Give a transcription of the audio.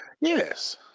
Yes